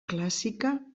clàssica